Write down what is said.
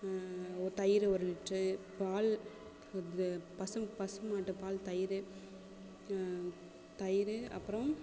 தயிர் ஒரு லிட்ரு பால் இது பசும் பசு மாட்டு பால் தயிர் தயிர் அப்புறம்